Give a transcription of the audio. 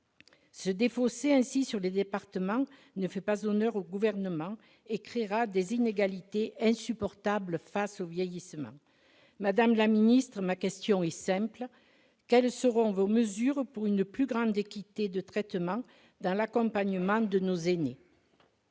Se défausser ainsi sur les départements ne fait pas honneur au Gouvernement et créera des inégalités insupportables face au vieillissement. Madame la ministre, ma question est simple : quelles seront vos mesures pour assurer une plus grande équité de traitement dans l'accompagnement de nos aînés ?